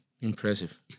Impressive